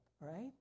right